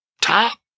top